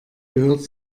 gehört